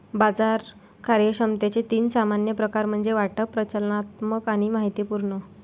बाजार कार्यक्षमतेचे तीन सामान्य प्रकार म्हणजे वाटप, प्रचालनात्मक आणि माहितीपूर्ण